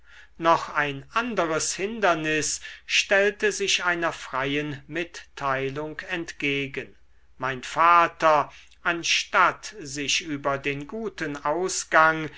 noch ein anderes hindernis stellte sich einer freien mitteilung entgegen mein vater anstatt sich über den guten ausgang